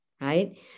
right